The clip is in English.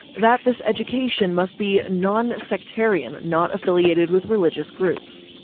that this education must be non-sectarian, not affiliated with religious groups.